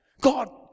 God